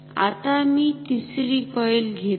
आता मी 3 री कॉईल घेतो